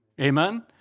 Amen